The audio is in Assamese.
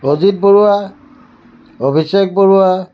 অজিত বৰুৱা অভিষেক বৰুৱা